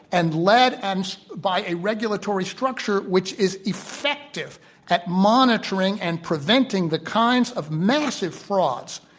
and led and by a regulatory structure which is effective at monitoring and preventing the kinds of massive frauds,